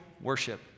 worship